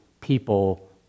people